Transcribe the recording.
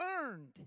earned